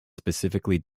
specially